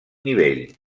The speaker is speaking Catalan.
nivell